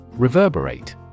Reverberate